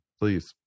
please